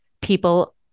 people